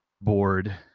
board